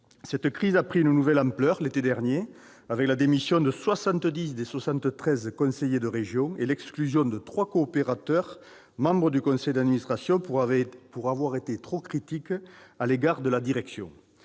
Cette crise a pris une nouvelle ampleur l'été dernier, avec la démission de 70 des 73 conseillers de région et l'exclusion de trois coopérateurs membres du conseil d'administration pour avoir été trop critiques à l'égard de la direction.